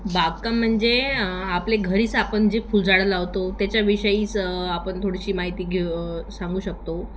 बागकाम म्हणजे आपले घरीच आपण जे फुलझाडं लावतो त्याच्याविषयीच आपण थोडीशी माहिती घे सांगू शकतो